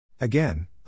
Again